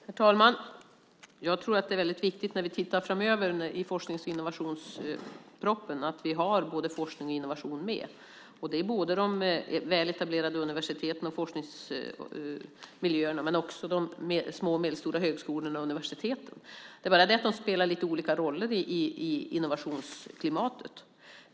Herr talman! Jag tror att det är väldigt viktigt framöver att vi när vi tittar på forsknings och innovationspropositionen har såväl forskning som innovation med. Det gäller både de väl etablerade universiteten och forskningsmiljöerna och de små och medelstora högskolorna och universiteten. Det är bara det att de spelar lite olika roller i innovationsklimatet.